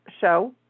show